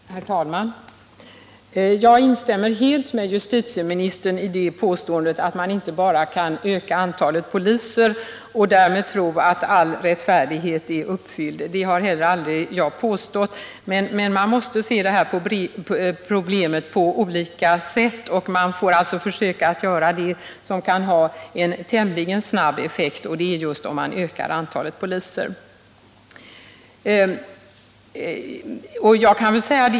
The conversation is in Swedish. Herr talman! Jag instämmer helt med justitieministern i påståendet att man inte bara kan öka antalet poliser och därmed tro att all rättfärdighet är uppfylld. Det har jag heller aldrig påstått. Men man måste se det här problemet på olika sätt och får alltså försöka göra något som kan ha en tämligen snabb effekt. Det uppnår man just genom att öka antalet poliser.